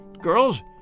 Girls